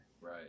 right